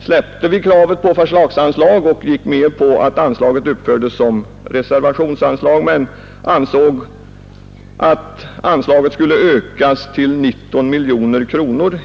släppte vi kravet på förslagsanslag och gick med på att anslaget uppfördes som reservationsanslag men yrkade helt i enlighet med vad skolöverstyrelsen hade förordat att anslaget skulle ökas till 19 miljoner kronor.